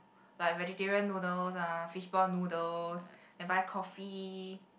like vegetarian noodles ah fishball noodles then buy coffee